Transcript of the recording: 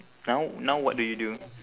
now now what do you do